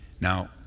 Now